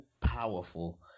powerful